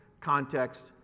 context